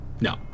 No